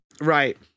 right